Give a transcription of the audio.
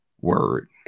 word